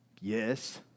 Yes